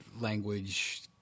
language